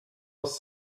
was